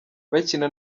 bakina